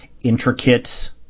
intricate